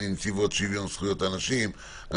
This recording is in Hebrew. מנציבות שוויון זכויות לאנשים עם מוגבלות,